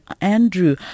Andrew